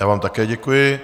Já vám také děkuji.